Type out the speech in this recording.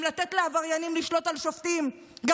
גם לתת לעבריינים לשלוט על שופטים, משפט לסיום.